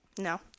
No